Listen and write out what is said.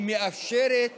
היא מאפשרת